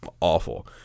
awful